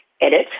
edit